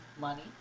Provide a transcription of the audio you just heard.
money